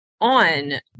on